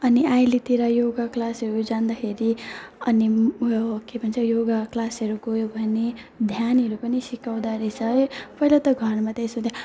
अनि अहिलेतिर योगा क्लासहरू जाँदाखेरि अनि मेरो के भन्छ योगा क्लासहरू गयो भने ध्यानहरू पनि सिकाउँदो रहेछ है पहिला त घरमा त्यसो त